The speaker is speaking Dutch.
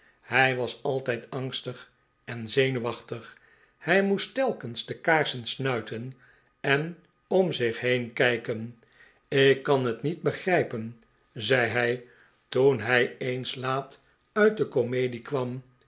hij was altijd angstig en zenuwachtig hij moest telkens de kaarsen snuiten en om zich heen kijken ik kan het niet begrijpen zei hij toen hij eens laat uit de comedie kwam